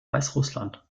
weißrussland